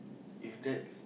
if that's